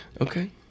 Okay